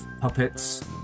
puppets